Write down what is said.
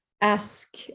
ask